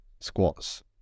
squats